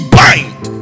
bind